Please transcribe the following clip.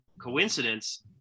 coincidence